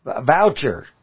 Voucher